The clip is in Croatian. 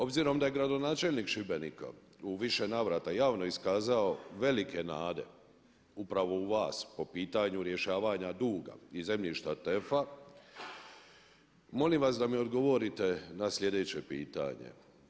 Obzirom da je gradonačelnik Šibenika u više navrata javno iskazao velike nade upravo u vas po pitanju rješavanja duga i zemljišta TEF-a, molim vas da mi odgovorite na sljedeće pitanje.